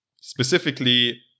specifically